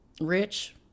rich